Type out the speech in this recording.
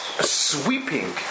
sweeping